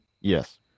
Yes